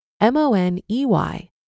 M-O-N-E-Y